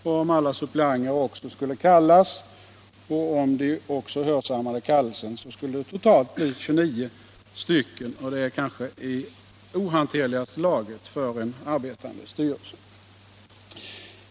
Om alla suppleanter kallades och även hörsammade kallelsen skulle det totalt bli 29 personer, och det är kanske i ohanterligaste laget för arbetande styrelse.